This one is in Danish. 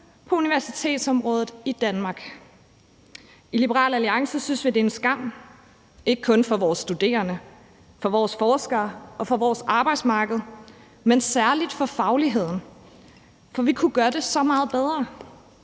på universitetsområdet i Danmark. I Liberal Alliance synes vi, at det er en skam ikke kun for vores studerende, for vores forskere og for vores arbejdsmarked, men særlig for fagligheden, for vi kunne gøre det så meget bedre.